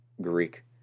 Greek